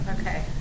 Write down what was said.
Okay